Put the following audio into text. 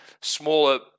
smaller